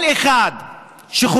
כל אחד שחושב